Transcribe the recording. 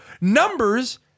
Numbers